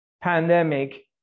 pandemic